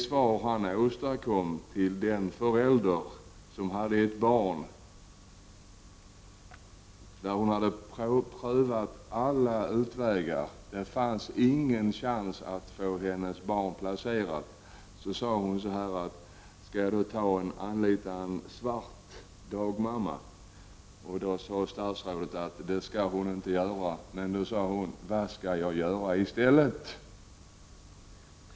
Det fanns en förälder med ett barn som hade prövat alla utvägar, men det fanns ingen chans att få hennes barn placerat. Hon undrade då om hon skulle anlita en ”svart” dagmamma. Statsrådet svarade att det skulle hon inte göra. Då undrade föräldern vad hon skulle göra i stället.